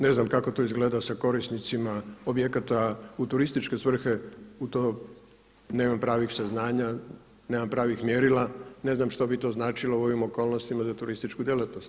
Ne znam kako to izgleda sa korisnicima objekata u turističke svrhe u to nemam pravih saznanja, nemam pravih mjerila, ne znam što bi to značilo u ovim okolnostima za turističku djelatnost.